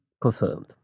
confirmed